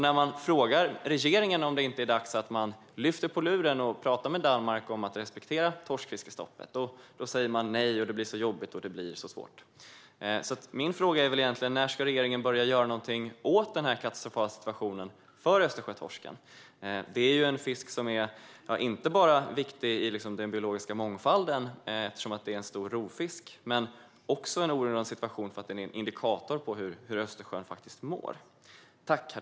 När man frågar regeringen om det inte är dags att lyfta på luren och prata med Danmark om att respektera torskfiskestoppet säger de: Nej, det blir så jobbigt, och det blir så svårt. Därför är min fråga: När ska regeringen börja göra någonting åt den katastrofala situationen för Östersjötorsken? Det är en fisk som är viktig för den biologiska mångfalden, eftersom det är en stor rovfisk. Men det är också en oroande situation eftersom den är en indikator på hur Östersjön faktiskt mår.